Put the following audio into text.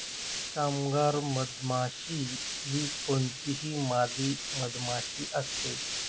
कामगार मधमाशी ही कोणतीही मादी मधमाशी असते